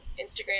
instagram